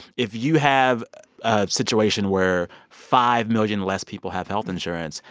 if you have a situation where five million less people have health insurance,